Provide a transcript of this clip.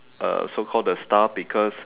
uh so called the staff because